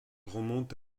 remonte